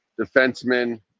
defensemen